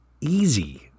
easy